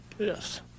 Yes